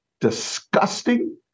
disgusting